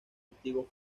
antiguo